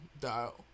dial